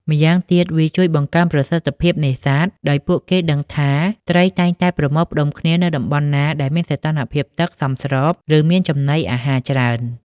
ម្យ៉ាងទៀត វាជួយបង្កើនប្រសិទ្ធភាពនេសាទ ដោយពួកគេដឹងថា ត្រីតែងតែប្រមូលផ្តុំគ្នានៅតំបន់ណាដែលមានសីតុណ្ហភាពទឹកសមស្រប ឬមានចំណីអាហារច្រើន។